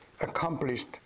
accomplished